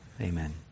Amen